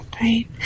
Right